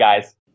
guys